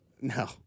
No